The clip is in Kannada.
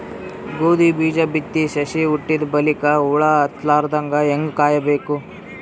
ಗೋಧಿ ಬೀಜ ಬಿತ್ತಿ ಸಸಿ ಹುಟ್ಟಿದ ಬಲಿಕ ಹುಳ ಹತ್ತಲಾರದಂಗ ಹೇಂಗ ಕಾಯಬೇಕು?